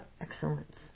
excellence